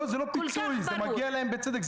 זה לא פיצוי, זה מגיע להם בצדק.